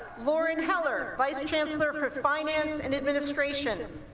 laurent heller, vice chancellor for finance and administration